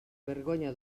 vergonya